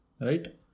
Right